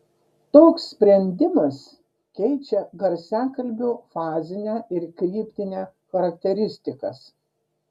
toks sprendimas keičia garsiakalbio fazinę ir kryptinę charakteristikas